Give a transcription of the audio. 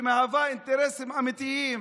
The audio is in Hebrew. שמהווה אינטרסים אמיתיים